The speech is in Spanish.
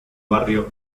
barrio